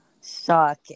Suck